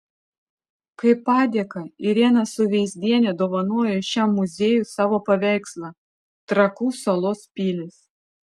kaip padėką irena suveizdienė dovanojo šiam muziejui savo paveikslą trakų salos pilys